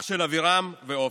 אח של אבירם ואופק.